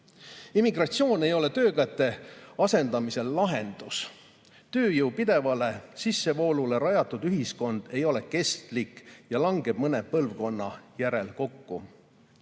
Immigratsioon ei ole töökäte asendamisel lahendus. Tööjõu pidevale sissevoolule rajatud ühiskond ei ole kestlik ja langeb mõne põlvkonna järel kokku.